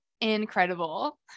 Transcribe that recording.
incredible